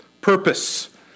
purpose